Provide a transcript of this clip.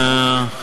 תודה רבה,